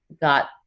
got